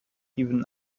ibn